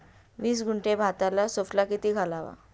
वीस गुंठे भाताला सुफला किती घालावा?